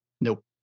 Nope